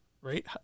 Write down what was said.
right